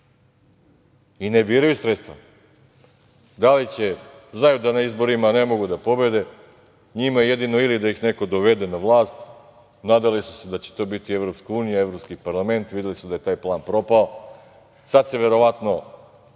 i ne biraju sredstva, da li će, znaju da na izborima ne mogu da pobede, njima je jedino ili da ih neko dovede na vlast, nadali su se da će to biti Evropska unija, Evropski parlament, videli su da je taj plan propao. Sada se verovatno